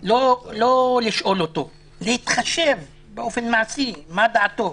בלי לשאול אותו, להתחשב באופן מעשי בדעתו.